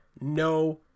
No